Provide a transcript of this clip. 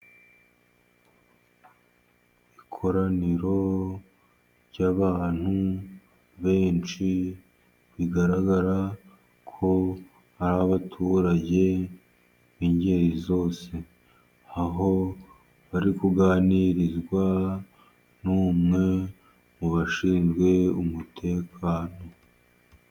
Ikoraniro ry'abantu benshi bigaragara ko ari abaturage b'ingeri zose. Aho bari kuganirizwa n'umwe mu bashinzwe umutekano.